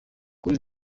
kuri